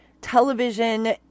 television